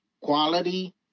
quality